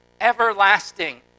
everlasting